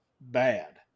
Bad